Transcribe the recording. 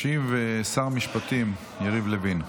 ישיב שר המשפטים יריב לוין.